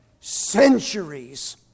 Centuries